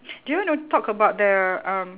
do you want to talk about the um